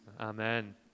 Amen